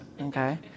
okay